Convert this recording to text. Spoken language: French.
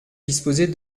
disposait